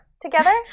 together